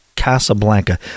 Casablanca